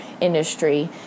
industry